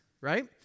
right